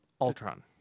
Ultron